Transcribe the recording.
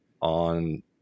on